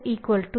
ആയിരിക്കും